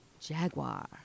Jaguar